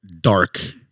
dark